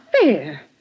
fair